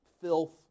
filth